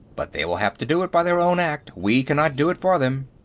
but they will have to do it by their own act. we cannot do it for them.